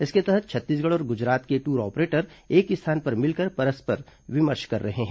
इसके तहत छत्तीसगढ़ और गुजरात के टूर ऑपरेटर एक स्थान पर मिलकर परस्पर विमर्श कर रहे हैं